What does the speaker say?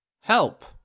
help